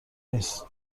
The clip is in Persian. نیست